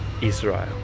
Israel